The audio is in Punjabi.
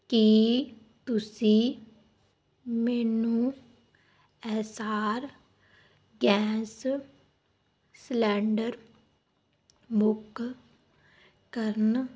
ਕੀ ਤੁਸੀਂ ਮੈਨੂੰ S R gas cylinder book ਕਰਨ